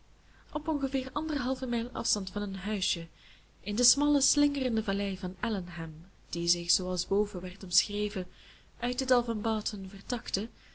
op ongeveer anderhalve mijl afstand van hun huisje in de smalle slingerende vallei van allenham die zich zooals boven werd omschreven uit het dal van barton vertakte